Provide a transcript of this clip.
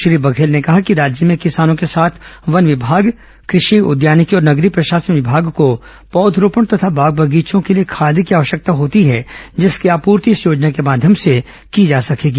श्री बघेल ने कहा कि राज्य में किसानों के साथ वन विभाग कृषि उद्यानिकी और नगरीय प्रशासन विभाग को पौधरोपण तथा बाग बगीचों के लिए खाद की आवश्यकता होती है जिसकी आपूर्ति इस योजना के माध्यम से की जा सकेगी